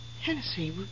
Hennessy